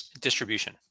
distribution